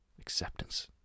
acceptance